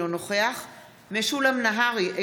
אינו נוכח משולם נהרי,